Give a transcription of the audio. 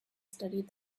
studied